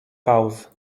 pauz